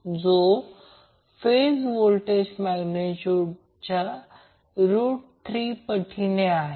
जो phase voltage मॅग्नेट्यूडच्या root 3 पटीने आहे